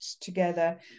together